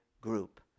group